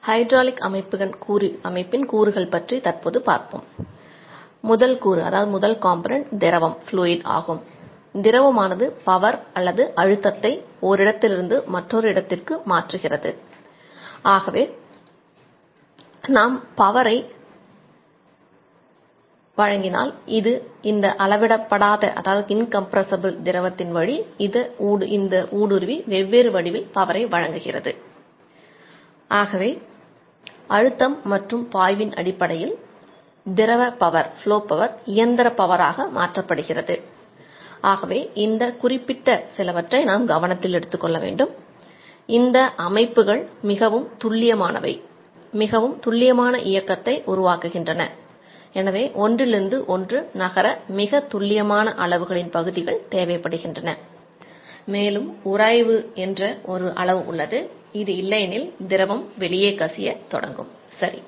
hydraulic அமைப்பின் கூறுகள் சரி